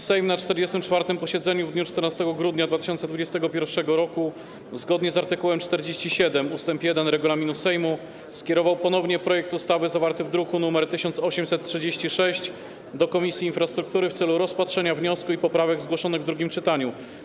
Sejm na 44. posiedzeniu w dniu 14 grudnia 2021 r. zgodnie z art. 47 ust. 1 regulaminu Sejmu skierował ponownie projekt ustawy zawarty w druku nr 1836 do Komisji Infrastruktury w celu rozpatrzenia wniosku i poprawek zgłoszonych w drugim czytaniu.